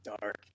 dark